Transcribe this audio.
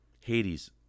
Hades